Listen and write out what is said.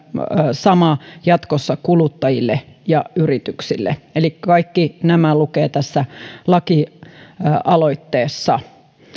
sama jatkossa kuluttajille ja yrityksille kaikki tämä lukee tässä lakialoitteessa